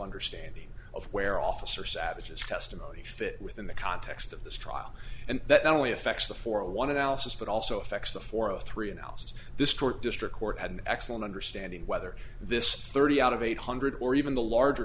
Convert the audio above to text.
understanding of where officer savages testimony fit within the context of this trial and that only affects the four a one analysis but also affects the four zero three analysis this court district court had an excellent understanding whether this thirty out of eight hundred or even the larger